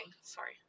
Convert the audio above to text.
Sorry